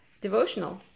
devotional